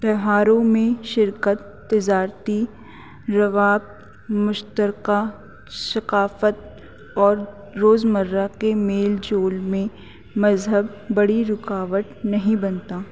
تہواروں میں شرکت تجارتی روابط مشترکہ ثقافت اور روز مرہ کے میل جول میں مذہب بڑی رکاوٹ نہیں بنتا